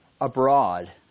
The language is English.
abroad